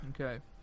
Okay